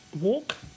walk